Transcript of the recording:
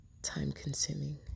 time-consuming